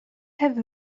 have